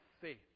faith